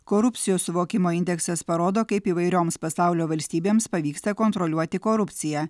korupcijos suvokimo indeksas parodo kaip įvairioms pasaulio valstybėms pavyksta kontroliuoti korupciją